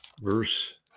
verse